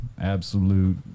Absolute